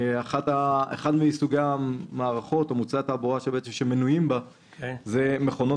אחד מסוגי המערכות או מוצרי התעבורה שמנויים בה זה "מכונות